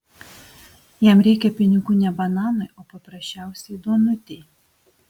jam reikia pinigų ne bananui o paprasčiausiai duonutei